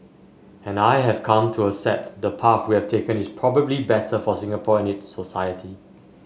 and I have come to accept the path we've taken is probably better for Singapore and its society